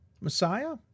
Messiah